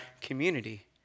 community